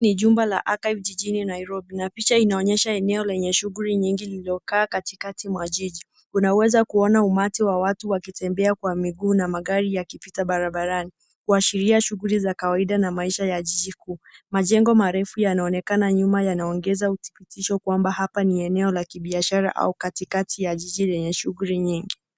Ni jumba la Archive jijini Nairobi na picha inaonyesha eneo lenye shughuli nyingi lililokaa katikati mwa jiji, unaoweza kuona umati wa watu wakitembea kwa miguu na magari yakipita barabarani, kuashiria shughuli za kawaida na maisha ya jiji kuu. Majengo marefu yanaonekana nyuma, yanaongeza udhibitisho kwamba hapa ni eneo la kibiashara au katikati ya jiji lenye shughuli nyingi.